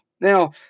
Now